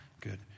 Good